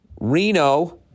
Reno